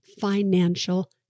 financial